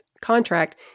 contract